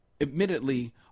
admittedly